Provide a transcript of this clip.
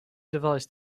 device